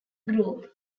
group